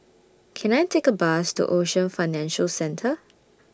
Can I Take A Bus to Ocean Financial Centre